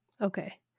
Okay